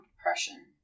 depression